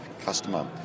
customer